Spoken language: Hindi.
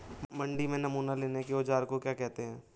मंडी में नमूना लेने के औज़ार को क्या कहते हैं?